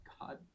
God